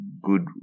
good